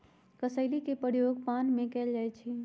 कसेली के प्रयोग पान में कएल जाइ छइ